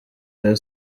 rayon